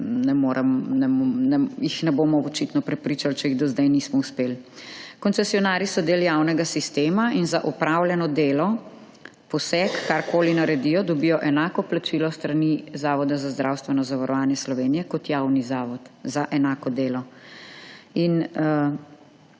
jih ne bomo očitno prepričali, če jih do zdaj nismo uspeli. Koncesionarji so del javnega sistema in za opravljeno delo, poseg, karkoli naredijo dobijo enako plačilo s strani Zavoda za zdravstveno zavarovanje Slovenije, kot javni zavod za enako delo.